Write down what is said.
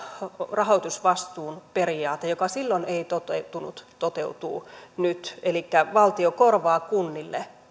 rahoitusvastuun periaate joka silloin ei toteutunut toteutuu nyt elikkä valtio korvaa kunnille